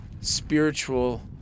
spiritual